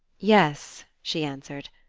yes, she answered,